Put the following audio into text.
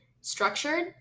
structured